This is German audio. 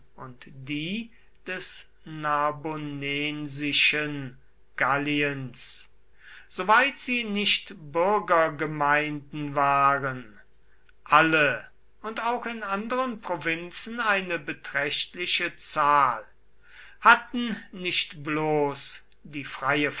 die des narbonensischen galliens soweit sie nicht bürgergemeinden waren alle und auch in anderen provinzen eine beträchtliche zahl hatten nicht bloß die freie